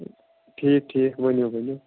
ٹھیٖک ٹھیٖک ؤنِو ؤنِو